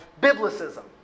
Biblicism